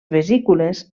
vesícules